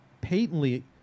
patently